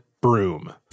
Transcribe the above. broom